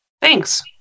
Thanks